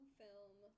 film